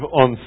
on